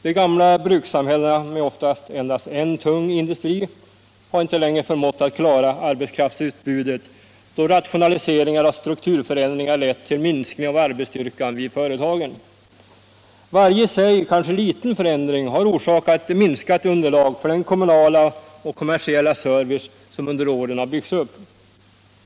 De gamla brukssamhällena med oftast endast en tung industri har inte längre förmått att klara arbetskraftsutbudet, då rationaliseringar och strukturförändringar lett till minskning av arbetsstyrkan vid företagen. Varje i sig kanske liten förändring har orsakat minskat underlag för den kommunala och kommersiella service som under åren byggts upp.